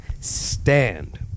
stand